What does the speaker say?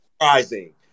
Surprising